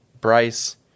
Bryce